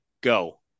go